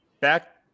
back